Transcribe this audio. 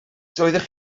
doeddech